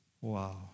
Wow